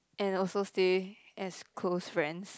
and also stay as close friends